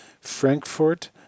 Frankfurt